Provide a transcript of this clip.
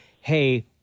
hey